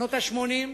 שנות ה-80,